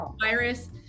virus